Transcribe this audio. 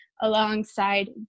alongside